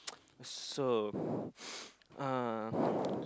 so uh